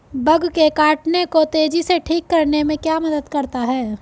Bug के काटने को तेजी से ठीक करने में क्या मदद करता है?